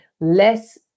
less